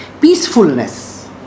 Peacefulness